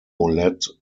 led